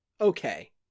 okay